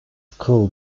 school